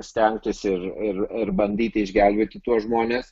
stengtųsi ir ir ir bandyti išgelbėti tuos žmones